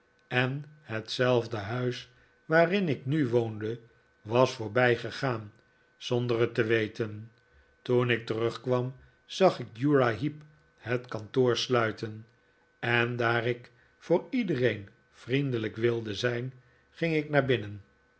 en hetzelfde huis waarin ik nu woonde was voprbij gegaan zonder het te weten toen ik terugkwam zag ik uriah heep het kantoor sluiten en daar ik voor iedereen vriendelijk wilde zijn ging ik naar binnen